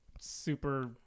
super